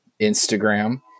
Instagram